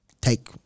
take